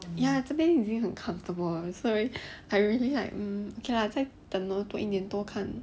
ya 这边已经很 comfortable 所以 I really like um okay lah 在等多一年多看